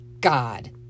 God